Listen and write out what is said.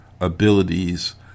abilities